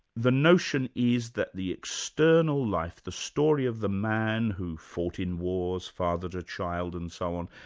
the notion is that the external life, the story of the man who fought in wars, fathered a child and so on,